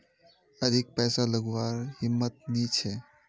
अधिक पैसा लागवार हिम्मत नी छे